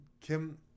Kim